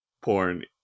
Porn